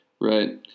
Right